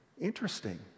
Interesting